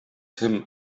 him